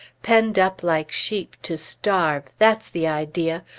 penned up like sheep to starve! that's the idea!